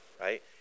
right